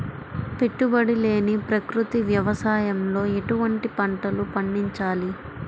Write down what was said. పెట్టుబడి లేని ప్రకృతి వ్యవసాయంలో ఎటువంటి పంటలు పండించాలి?